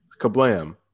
Kablam